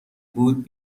بود